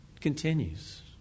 continues